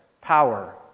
power